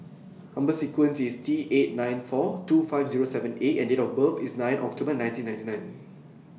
Number sequence IS T eight nine four two five Zero seven A and Date of birth IS nine October nineteen ninety nine